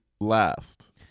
last